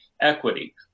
equity